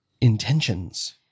intentions